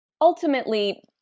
ultimately